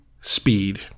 speed